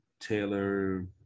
Taylor